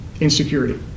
insecurity